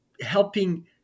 helping